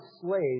slaves